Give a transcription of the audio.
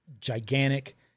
gigantic